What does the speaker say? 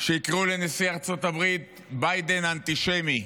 שיקראו לנשיא ארצות הברית ביידן "אנטישמי".